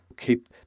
keep